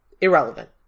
Irrelevant